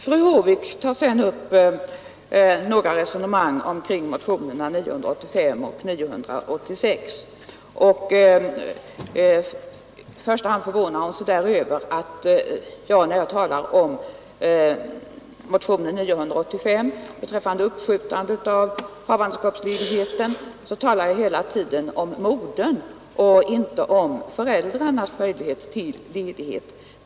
Fru Håvik tog sedan upp några resonemang kring motionerna 985 och 986, och i första hand förvånar hon sig där över att jag, när jag berör motionen 985 beträffande uppskjutande av havandeskapsledigheten, hela tiden talar om moderns och inte om föräldrarnas möjlighet till ledighet.